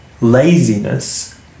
laziness